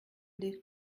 des